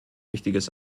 wichtiges